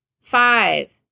Five